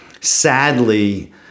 Sadly